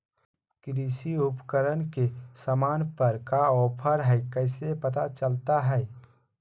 कृषि उपकरण के सामान पर का ऑफर हाय कैसे पता चलता हय?